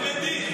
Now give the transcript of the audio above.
זה בית הדין.